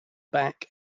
back